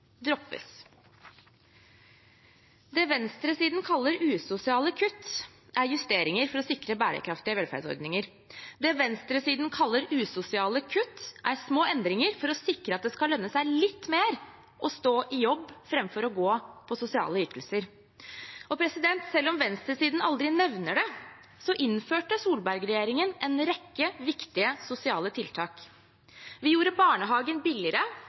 Det venstresiden kaller usosiale kutt, er justeringer for å sikre bærekraftige velferdsordninger. Det venstresiden kaller usosiale kutt, er små endringer for å sikre at det skal lønne seg litt mer å stå i jobb framfor å gå på sosiale ytelser. Selv om venstresiden aldri nevner det, innførte Solberg-regjeringen en rekke viktige sosiale tiltak. Vi gjorde barnehagen billigere